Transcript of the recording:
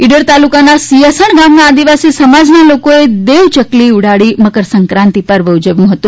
ઇડર તાલુકાના સિયાસણ ગામના આદિવાસી સમાજના લોકોએ દેવ ચકલી ઉડાડી મકરસંક્રાંતિ પર્વ ઉજવ્યો હતો